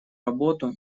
работу